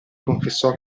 confessò